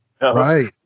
Right